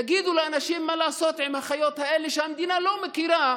תגידו לאנשים מה לעשות עם החיות האלה שהמדינה לא מכירה